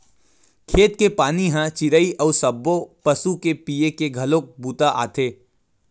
खेत के पानी ह चिरई अउ सब्बो पसु के पीए के घलोक बूता आथे